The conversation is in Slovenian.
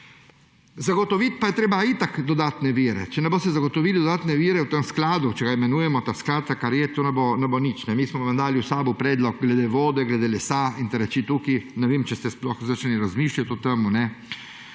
Zagotovit pa je treba itak dodatne vire. Če ne boste zagotovili dodatne vire v tem skladu, če ga imenujemo ta sklad, to kar je, to ne bo nič. Mi smo vam dali v SAB predlog glede vode, glede lesa in te reči tukaj, ne vem, če ste sploh začeli razmišljat o temu.